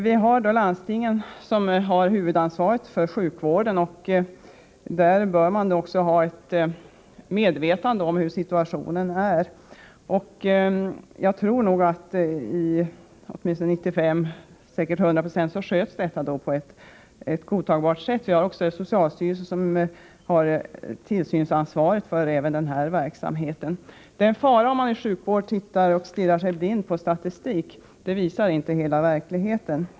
Det är ju landstingen som har huvudansvaret för sjukvården, och där bör man vara medveten om hur situationen är. Jag tror att till 95 eller 100 eo sköts detta på ett godtagbart sätt. Och socialstyrelsen har ju tillsynsansvaret även när det gäller den här verksamheten. Det är en fara om man i fråga om sjukvården stirrar sig blind på statistik. Den visar inte hela verkligheten.